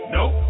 Nope